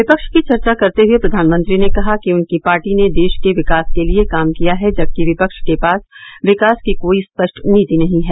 विपक्ष की चर्चा करते हुए प्रधानमंत्री ने कहा कि उनकी पार्टी ने देश के विकास के लिए काम किया है जबकि विपक्ष के पास विकास की कोई स्पष्ट नीति नहीं है